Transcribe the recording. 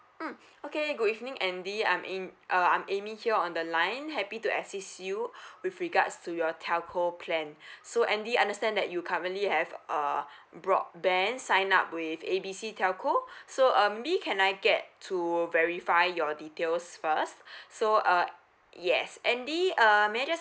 mm okay good evening andy I'm am~ uh I'm amy here on the line happy to assist you with regards to your telco plan so andy I understand that you currently have a broadband sign up with A B C telco so uh maybe can I get to verify your details first so uh yes andy uh may I just